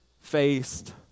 faced